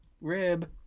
rib